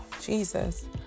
Jesus